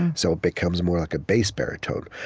so it become more like a bass baritone.